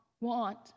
want